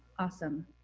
awesome.